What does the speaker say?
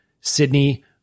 Sydney